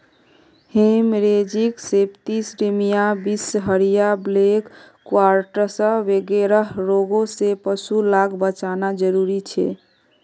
haemorrhagic septicaemia, बीसहरिया, black quarters वगैरह रोगों से पशु लाक बचाना ज़रूरी छे